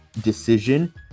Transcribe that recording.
decision